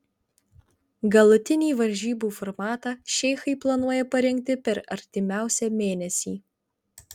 galutinį varžybų formatą šeichai planuoja parinkti per artimiausią mėnesį